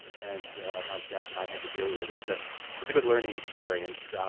and my staff and i had to deal with it. it was ah was a good learning experience.